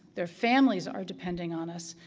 their families are depending on us,